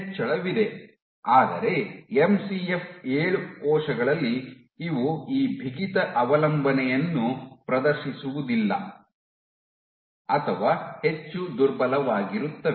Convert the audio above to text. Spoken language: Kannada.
ಹೆಚ್ಚಳವಿದೆ ಆದರೆ ಎಂಸಿಎಫ್ 7 ಕೋಶಗಳಲ್ಲಿ ಇವು ಈ ಬಿಗಿತ ಅವಲಂಬನೆಯನ್ನು ಪ್ರದರ್ಶಿಸುವುದಿಲ್ಲ ಅಥವಾ ಹೆಚ್ಚು ದುರ್ಬಲವಾಗಿರುತ್ತವೆ